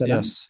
Yes